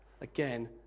again